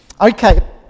Okay